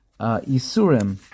Isurim